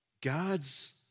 God's